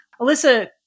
Alyssa